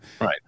Right